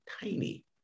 tiny